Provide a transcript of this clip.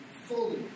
Fully